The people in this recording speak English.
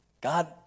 God